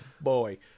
boy